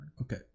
Okay